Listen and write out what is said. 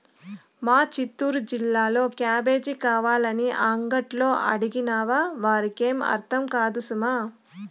మా చిత్తూరు జిల్లాలో క్యాబేజీ కావాలని అంగట్లో అడిగినావా వారికేం అర్థం కాదు సుమా